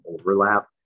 overlap